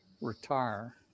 retire